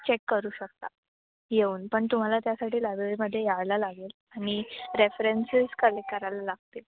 check करू शकता येऊन पण तुम्हाला त्यासाठी लायब्ररीमध्ये यायला लागेल आणि रेफरन्सेस कलेक्ट करायला लागतील